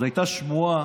הייתה שמועה,